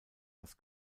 das